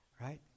Right